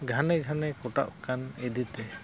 ᱜᱷᱟᱱᱮ ᱜᱷᱟᱱᱮ ᱠᱟᱴᱟᱜ ᱠᱟᱱ ᱤᱫᱤᱛᱮ